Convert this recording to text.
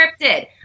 scripted